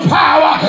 power